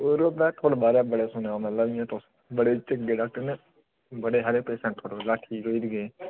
एह् यरो में थुआढ़े बारै बड़ा सुने दा मतलब तुस बड़े चंगे डाक्टर न बड़े हारे पेशेंट थुआढ़े कोला ठीक होई री गे